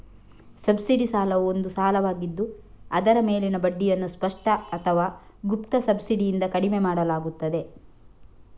subsidy ಸಾಲವು ಒಂದು ಸಾಲವಾಗಿದ್ದು ಅದರ ಮೇಲಿನ ಬಡ್ಡಿಯನ್ನು ಸ್ಪಷ್ಟ ಅಥವಾ ಗುಪ್ತ ಸಬ್ಸಿಡಿಯಿಂದ ಕಡಿಮೆ ಮಾಡಲಾಗುತ್ತದೆ